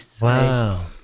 wow